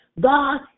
God